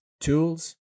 tools